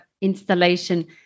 installation